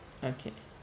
okay